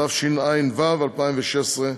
התשע"ו 2016,